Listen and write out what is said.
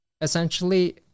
essentially